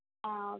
ആ ഓക്കേ